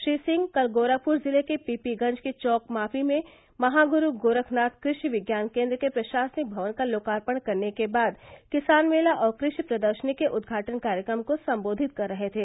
श्री सिंह कल गोरखपुर जिले के पीपीगंज के चौक माफी में महागुरु गोरखनाथ कृषि विज्ञान केंद्र के प्रशासनिक भवन का लोकार्पण करने के बाद किसान मेला और कृषि प्रदर्शनी के उद्घाटन कार्यक्रम को संबोधित कर रहे थे